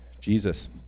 Jesus